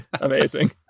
amazing